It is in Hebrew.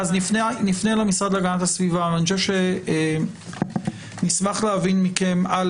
אז נפנה למשרד להגנת הסביבה: אני חושב שנשמח להבין מכם את